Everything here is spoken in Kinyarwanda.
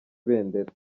ibendera